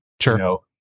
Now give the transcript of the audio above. sure